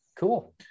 cool